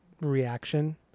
reaction